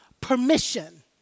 permission